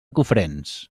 cofrents